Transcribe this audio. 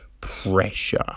pressure